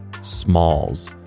Smalls